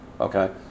okay